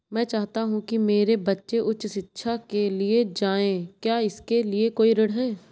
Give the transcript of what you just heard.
मैं चाहता हूँ कि मेरे बच्चे उच्च शिक्षा के लिए जाएं क्या इसके लिए कोई ऋण है?